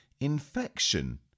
Infection